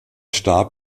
starb